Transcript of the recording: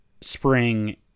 Spring